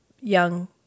young